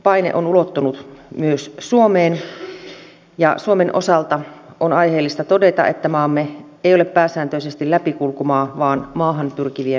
muuttoliikepaine on ulottunut myös suomeen ja suomen osalta on aiheellista todeta että maamme ei ole pääsääntöisesti läpikulkumaa vaan maahan pyrkivien kohdemaa